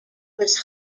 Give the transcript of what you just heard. was